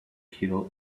kill